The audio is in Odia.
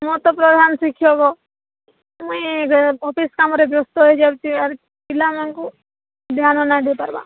ମୁଁ ତ ପ୍ରଧାନ ଶିକ୍ଷକ ମୁଇଁ ଯେବେ ଅଫିସ୍ କାମରେ ବ୍ୟସ୍ତ ହେଇଯାଉଛି ଆଡ଼େ ପିଲାମାନଙ୍କୁ ଧ୍ୟାନ ନାଇଁ ଦେଇପାର୍ବା